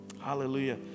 Hallelujah